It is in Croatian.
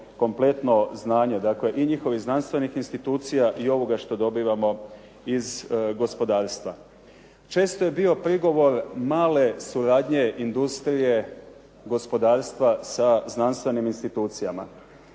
kompletno znanje, dakle i njihovih znanstvenih institucija i ovoga što dobivamo iz gospodarstva. Često je bio prigovor male suradnje industrije gospodarstva sa znanstvenim institucijama.